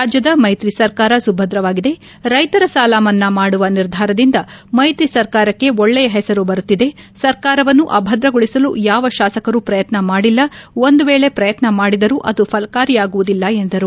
ರಾಜ್ಯದ ಮೈತ್ರಿ ಸರ್ಕಾರ ಸುಭದ್ರವಾಗಿದೆ ರೈತರ ಸಾಲ ಮನ್ನಾ ಮಾಡುವ ನಿರ್ಧಾರದಿಂದ ಮೈತ್ರಿಸರ್ಕಾರಕ್ಕೆ ಒಳ್ಳೆಯ ಹೆಸರು ಬರುತ್ತಿದೆ ಸರ್ಕಾರವನ್ನು ಅಭದ್ರಗೊಳಿಸಲು ಯಾವ ಶಾಸಕರೂ ಪ್ರಯತ್ನ ಮಾಡಿಲ್ಲ ಒಂದು ವೇಳಿ ಪ್ರಯತ್ನ ಮಾಡಿದರೂ ಅದು ಫಲಕಾರಿಯಾಗುವುದಿಲ್ಲ ಎಂದರು